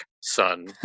son